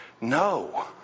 no